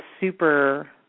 super